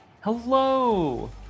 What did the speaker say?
Hello